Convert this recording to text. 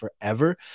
forever